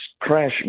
Crash